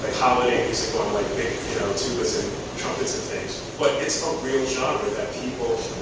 holiday music or like big tubas and trumpets and things, but it's a real genre that people,